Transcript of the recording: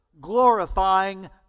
glorifying